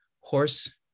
horse